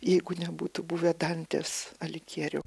jeigu nebūtų buvę dantės aligjerio